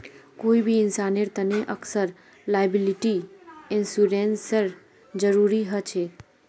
कोई भी इंसानेर तने अक्सर लॉयबिलटी इंश्योरेंसेर जरूरी ह छेक